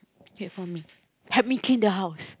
get for me help me clean the house